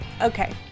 Okay